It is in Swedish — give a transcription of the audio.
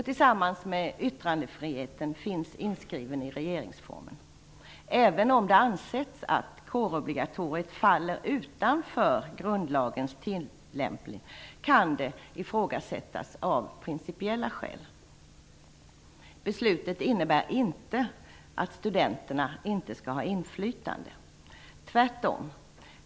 Tillsammans med yttrandefriheten är den inskriven i regeringsformen. Även om det har ansetts att kårobligatoriet faller utanför grundlagens tillämpning kan det ifrågasättas av principiella skäl. Beslutet innebär inte att studenterna inte skall ha inflytande - tvärtom.